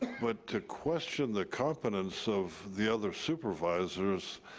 but to question the competence of the other supervisors